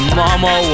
mama